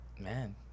Man